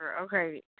Okay